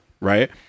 right